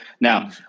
Now